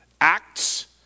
acts